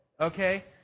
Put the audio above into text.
Okay